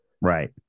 Right